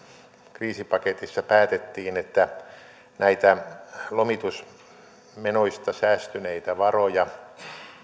kriisipaketissa päätettiin että näitä lomitusmenoista säästyneitä varoja